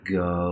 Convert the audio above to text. go